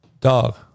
Dog